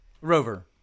Rover